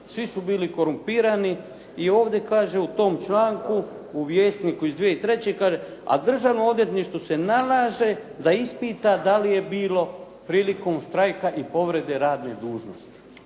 svi su bili korumpirani. I ovdje kaže u tom članku u "Vjesniku" iz 2003., kaže: "A Državnom odvjetništvu se nalaže da li je bilo prilikom štrajka i povrede radne dužnosti.".